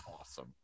awesome